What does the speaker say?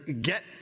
get